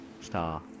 star